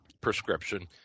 prescription